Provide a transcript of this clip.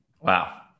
wow